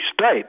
state